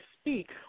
speak